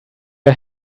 her